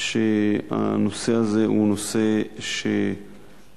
שהנושא הזה הוא נושא שעולה.